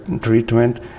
treatment